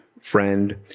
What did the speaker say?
friend